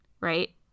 right